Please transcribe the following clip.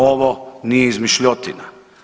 Ovo nije izmišljotina.